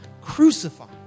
crucified